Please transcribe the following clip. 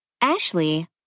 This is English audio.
Ashley